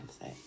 say